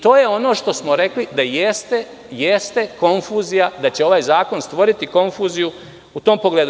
To je ono što smo rekli da jeste konfuzija da će ovaj zakon stvoriti konfuziju u tom pogledu.